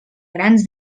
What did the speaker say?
grans